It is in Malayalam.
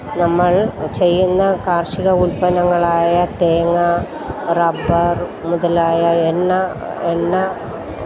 നമ്മൾ ചെയ്യുന്ന കാർഷിക ഉത്പന്നങ്ങളായ തേങ്ങ റബ്ബർ മുതലായ എണ്ണ എണ്ണ